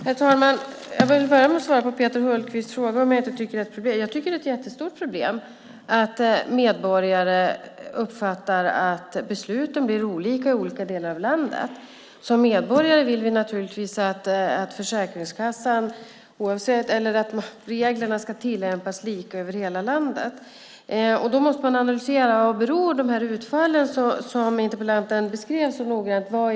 Herr talman! Jag vill börja med att svara på Peter Hultqvist fråga om jag inte tycker att det som här tagits upp är ett problem. Ja, jag tycker att det är ett jättestort problem att medborgare uppfattar att besluten blir olika i olika delar av landet. Som medborgare vill vi naturligtvis att reglerna ska tillämpas lika över hela landet. Då måste man analysera vad som är skälen till de utfall som interpellanten så noga beskrivit.